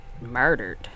murdered